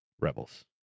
Rebels